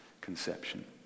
conception